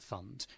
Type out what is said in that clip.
Fund